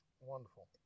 wonderful